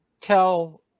tell